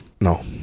No